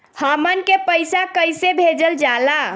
हमन के पईसा कइसे भेजल जाला?